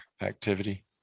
activity